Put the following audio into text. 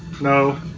No